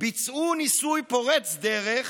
ביצעו ניסוי פורץ דרך